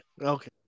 okay